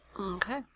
Okay